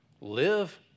Live